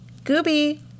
Gooby